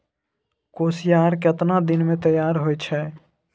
कोसियार केतना दिन मे तैयार हौय छै?